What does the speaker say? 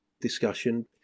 discussion